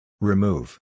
Remove